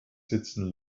sitzen